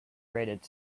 rated